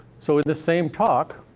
so in this same talk,